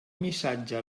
missatge